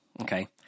Okay